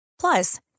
Plus